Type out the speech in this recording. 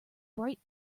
bright